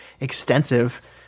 extensive